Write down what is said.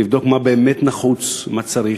לבדוק מה באמת נחוץ ומה צריך,